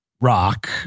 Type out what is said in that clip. rock